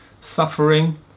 suffering